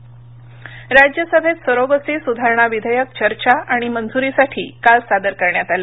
surrogacy विधेयक राज्यसभेत surrogacy सुधारणा विधेयक चर्चा आणि मंजुरीसाठी काल सादर करण्यात आलं